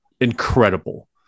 incredible